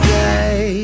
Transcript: day